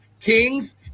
Kings